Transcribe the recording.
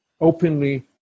openly